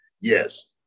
yes